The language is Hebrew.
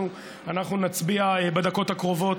אנחנו נצביע בדקות הקרובות,